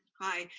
hi,